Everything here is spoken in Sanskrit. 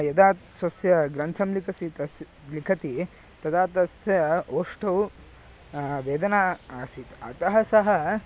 यदा स्वस्य ग्रन्थं लिखसि तस् लिखति तदा तस्य ओष्ठौ वेदना आसीत् अतः सः